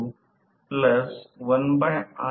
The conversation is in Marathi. हे बाजू टॉर्क आहे आणि हे स्लिप ची गती आहे